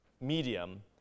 medium